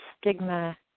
stigma